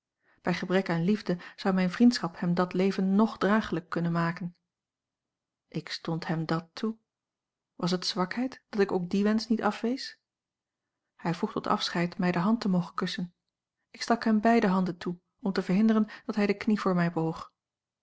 bij gebrek aan liefde zou mijne vriendschap hem dat leven ng draaglijk kunnen maken ik stond hem dàt toe was het zwakheid dat ik ook dien wensch niet afwees hij vroeg tot afscheid mij de hand te mogen kussen ik stak hem beide handen toe om te verhinderen dat hij de knie voor mij boog